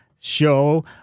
Show